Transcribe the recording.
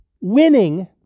winning